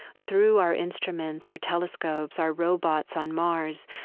through our instruments, our telescopes, our robots on mars,